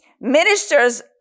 Ministers